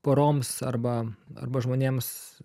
poroms arba arba žmonėms